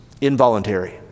Involuntary